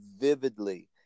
vividly